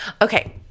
Okay